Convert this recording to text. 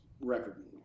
record